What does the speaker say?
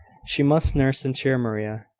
she must nurse and cheer maria,